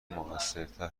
موثرتر